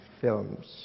films